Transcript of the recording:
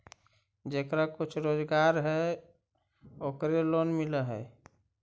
जेकरा कुछ रोजगार है ओकरे लोन मिल है?